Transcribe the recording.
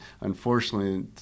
unfortunately